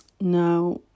Now